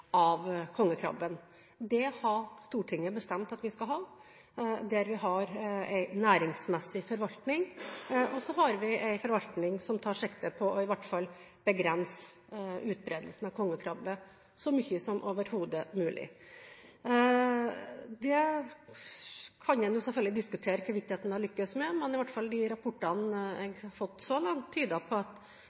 av kongekrabben. Det har Stortinget bestemt at vi skal ha. Vi har en næringsmessig forvaltning, og så har vi en forvaltning som tar sikte på i hvert fall å begrense utbredelsen av kongekrabbe så mye som overhodet mulig. En kan selvfølgelig diskutere hvorvidt en har lyktes med det, men i hvert fall de rapportene jeg har fått så langt, tyder på at utbredelsen av kongekrabbe har gått ned i det området der vi ønsker at